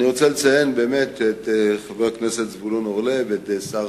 אני רוצה לציין את חבר הכנסת זבולון אורלב ואת שר